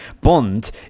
Bond